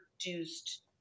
produced